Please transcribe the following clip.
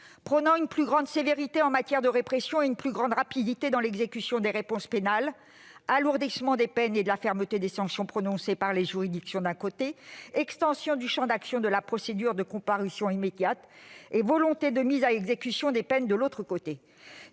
prôné une plus grande sévérité en matière de répression et une plus grande rapidité dans l'exécution des réponses pénales : alourdissement des peines et de la fermeté des sanctions prononcées par les juridictions, d'un côté ; extension du champ d'action de la procédure de comparution immédiate et volonté de mise à exécution des peines, de l'autre.